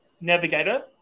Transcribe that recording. Navigator